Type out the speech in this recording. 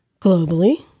globally